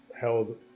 held